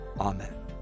Amen